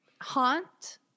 haunt